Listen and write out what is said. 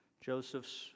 Joseph's